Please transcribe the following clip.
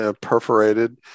perforated